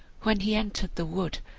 when he entered the wood,